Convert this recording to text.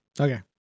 Okay